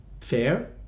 fair